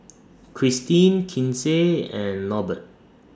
Kristine Kinsey and Norbert